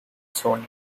sony